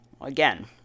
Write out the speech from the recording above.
Again